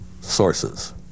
sources